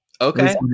Okay